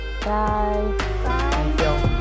Bye